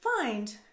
find